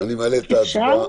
אני מעלה את הרוויזיה להצבעה,